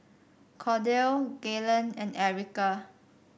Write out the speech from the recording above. Cordell Gaylen and Erica